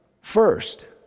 first